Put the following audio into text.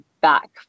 back